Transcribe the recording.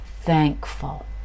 thankful